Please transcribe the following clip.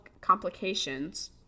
complications